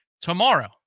tomorrow